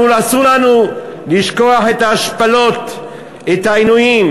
אנחנו, אסור לנו לשכוח את ההשפלות, את העינויים,